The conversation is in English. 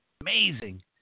amazing